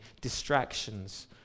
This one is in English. distractions